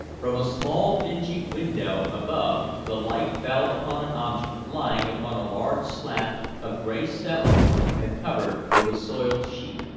from a small dingy window above the light fell upon an object lying upon a large slab of gray stone and covered with a soiled sheet.